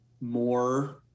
more